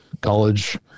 college